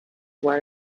where